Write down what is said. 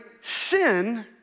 sin